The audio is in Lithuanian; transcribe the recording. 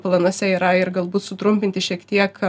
planuose yra ir galbūt sutrumpinti šiek tiek